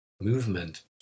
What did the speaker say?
movement